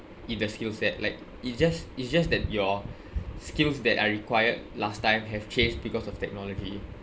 in the skill set like it just it's just that your skills that are required last time have changed because of technology